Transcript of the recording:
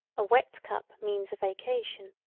a wet cup means a vacation.